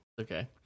okay